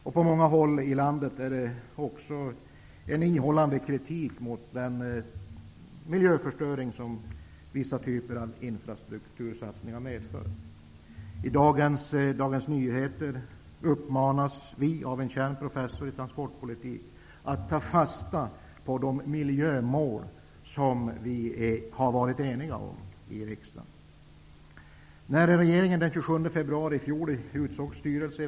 Från många håll i landet kommer också en ihållande kritik mot den miljöförstöring som vissa typer av infrastruktursatsningar medför. I Dagens Nyheter av i dag uppmanas vi av en känd professor i transportekonomi att ta fasta på de miljömål som riksdagen har varit enig om.